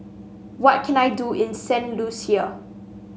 what can I do in Saint Lucia